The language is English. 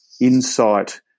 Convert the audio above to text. insight